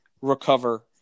recover